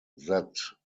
that